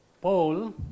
Paul